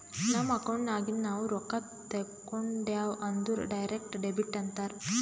ನಮ್ ಅಕೌಂಟ್ ನಾಗಿಂದ್ ನಾವು ರೊಕ್ಕಾ ತೇಕೊಂಡ್ಯಾವ್ ಅಂದುರ್ ಡೈರೆಕ್ಟ್ ಡೆಬಿಟ್ ಅಂತಾರ್